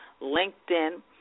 LinkedIn